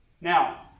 Now